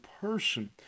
person